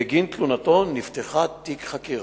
בגין תלונתו נפתח תיק חקירה.